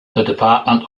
department